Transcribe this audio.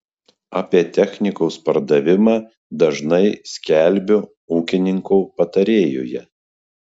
apie technikos pardavimą dažnai skelbiu ūkininko patarėjuje